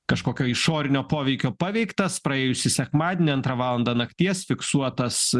kažkokio išorinio poveikio paveiktas praėjusį sekmadienį antrą valandą nakties fiksuotas